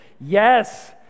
Yes